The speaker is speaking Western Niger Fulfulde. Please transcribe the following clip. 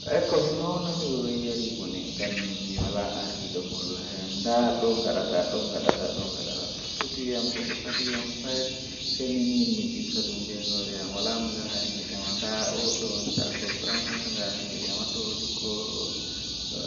Mi buri yiduki nyamdu beldum on ngam dow nyamduuji jei burdaa yiduki